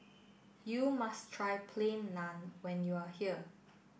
you must try plain naan when you are here